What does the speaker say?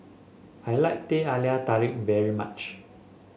I like Teh Halia Tarik very much